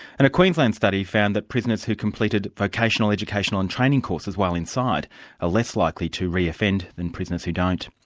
and a queensland study found that prisoners who completed vocational educational and training courses while inside are ah less likely to reoffend than prisoners who don't.